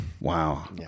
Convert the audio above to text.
Wow